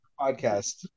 Podcast